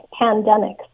pandemics